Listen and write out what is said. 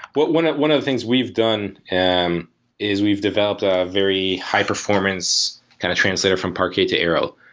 but one one of the things we've done and is we've developed a very high-performance kind of translator from parquet to arrow.